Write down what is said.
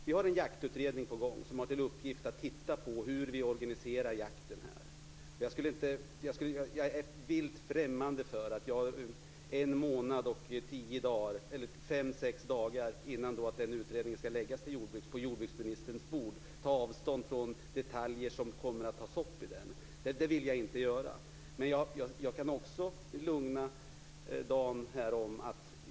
Vi har en jaktutredning på gång som har till uppgift att titta på hur vi organiserar jakten. Jag är vilt främmande för att en månad och fem sex dagar före det att denna läggs fram på jordbruksministerns bord ta avstånd från detaljer som kommer att tas upp i den. Det vill jag inte göra. Men jag kan också lugna Dan Ericsson.